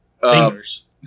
fingers